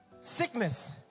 Sickness